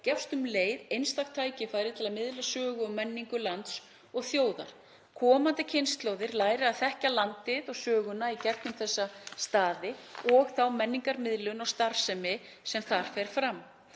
gefst um leið einstakt tækifæri til að miðla sögu og menningu lands og þjóðar. Komandi kynslóðir læra að þekkja landið og söguna í gegnum þessa staði og þá menningarmiðlun og starfsemi sem þar fer fram.